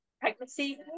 pregnancy